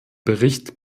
bericht